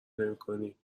نمیکنید